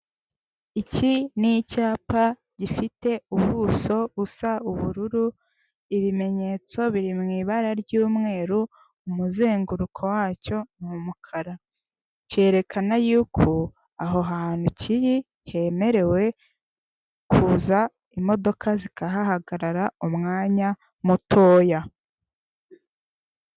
Iki ni icyapa gifite ubuso busa ubururu ibimenyetso biri mu ibara ry'umweru umuzenguruko wacyo ni umukara. Kerekana yuko aho hantu kiri hemerewe kuza imodoka zikahahagarara umwanya mutoya.